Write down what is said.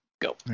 Go